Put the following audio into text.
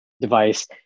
device